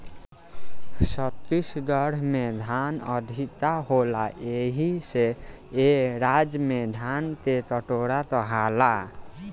छत्तीसगढ़ में धान अधिका होला एही से ए राज्य के धान के कटोरा कहाला